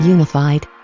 Unified